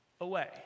away